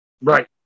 Right